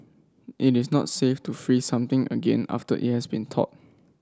it is not safe to freeze something again after it has been thawed